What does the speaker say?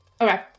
Okay